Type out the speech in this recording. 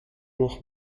noch